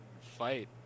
fight